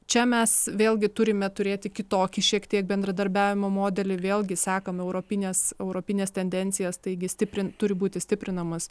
čia mes vėlgi turime turėti kitokį šiek tiek bendradarbiavimo modelį vėlgi sekam europines europines tendencijas taigi stiprint turi būti stiprinamas